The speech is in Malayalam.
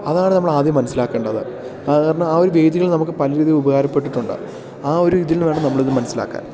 അതാണ് നമ്മളാദ്യം മനസ്സിലാക്കേണ്ടത് സാധാരണ ആ ഒരു വേദികൾ നമുക്ക് പല രീതിൽ ഉപകാരപ്പെട്ടിട്ടുണ്ട് ആ ഒരു ഇതിൽ നിന്ന് വേണം നമ്മളത് മനസ്സിലാക്കാൻ